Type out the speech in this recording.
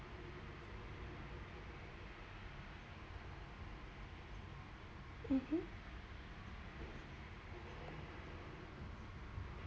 mmhmm